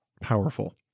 powerful